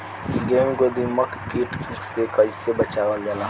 गेहूँ को दिमक किट से कइसे बचावल जाला?